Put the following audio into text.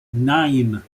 nine